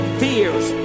fears